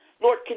Lord